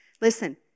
Listen